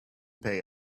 pay